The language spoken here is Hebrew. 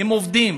הם עובדים.